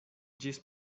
ĝis